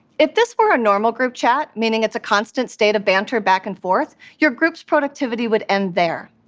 if this were a normal group chat, meaning it's a constant state of banter back and forth, your group's productivity would end there.